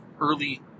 early